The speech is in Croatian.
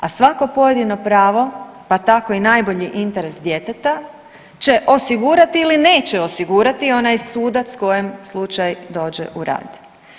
A svako pojedino pravo pa tako i najbolji interes djeteta će osigurati ili neće osigurati onaj sudac kojem slučaj dođe u rad.